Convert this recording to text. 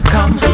Come